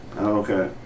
Okay